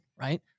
right